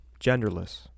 Genderless